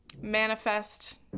Manifest